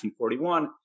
1941